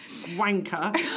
Wanker